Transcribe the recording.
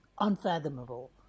unfathomable